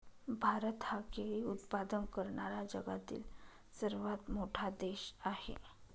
भारत हा केळी उत्पादन करणारा जगातील सर्वात मोठा देश आहे